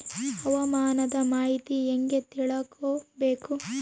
ಹವಾಮಾನದ ಮಾಹಿತಿ ಹೇಗೆ ತಿಳಕೊಬೇಕು?